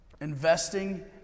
investing